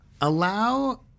Allow